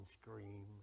scream